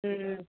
হুম